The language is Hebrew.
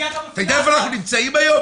אתה יודע איפה אנחנו נמצאים היום?